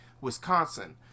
Wisconsin